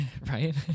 Right